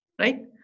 right